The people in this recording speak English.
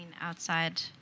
outside